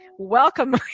Welcome